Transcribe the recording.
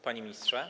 Panie Ministrze!